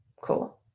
Cool